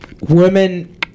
Women